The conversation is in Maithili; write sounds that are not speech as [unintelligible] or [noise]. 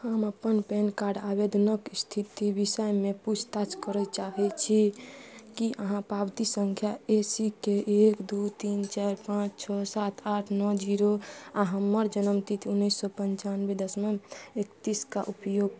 हम अपन पैन कार्ड आवेदनक इस्थितिके विषयमे पूछताछ करऽ चाहै छी कि अहाँ पावती सँख्या ए सी के एक दुइ तीन चारि पाँच छओ सात आठ नओ जीरो आओर हमर जनमतिथि उनैस सओ पनचानवे [unintelligible] एकतीसके उपयोग